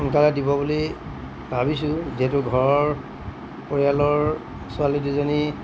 সোনকালে দিব বুলি ভাবিছোঁ যিহেতু ঘৰৰ পৰিয়ালৰ ছোৱালী দুজনী